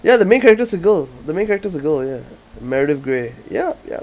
ya the main character's a girl the main character's a girl ya meredith grey ya ya